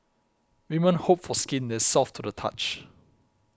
women hope for skin that is soft to the touch